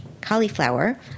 cauliflower